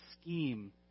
scheme